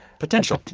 potential.